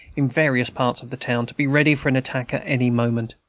in various parts of the town, to be ready for an attack at any moment.